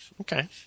Okay